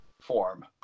form